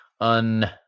un